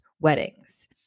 weddings